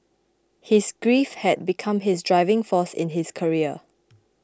his grief had become his driving force in his career